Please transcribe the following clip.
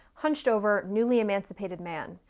hunched-over, newly emancipated man.